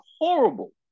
horrible